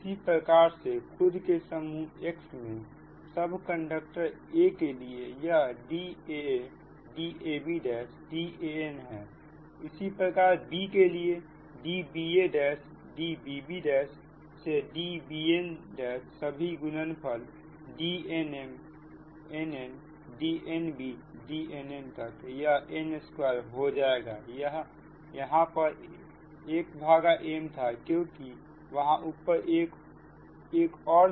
उसी प्रकार से खुद के समूह X में सब कंडक्टर a के लिए यह DaaDabDanहै उसी प्रकार b के लिए DbaDbbDbnसभी का गुणनफल DnnDnbDnnतक यह 1n2 हो जाएगा यहां पर यह 1m था क्योंकि वहां ऊपर एक और था